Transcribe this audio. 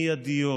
מיידיות.